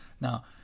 now